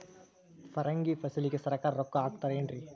ಪರಂಗಿ ಫಸಲಿಗೆ ಸರಕಾರ ರೊಕ್ಕ ಹಾಕತಾರ ಏನ್ರಿ?